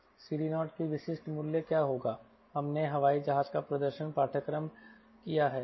CD0 का विशिष्ट मूल्य क्या होगा हमने हवाई जहाज का प्रदर्शन पाठ्यक्रम किया है